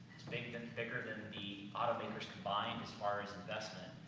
it's bigger than, bigger than the automakers combined, as far as investment.